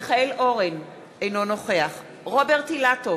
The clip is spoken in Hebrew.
מיכאל אורן, אינו נוכח רוברט אילטוב,